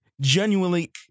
genuinely